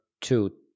two